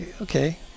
Okay